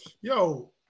Yo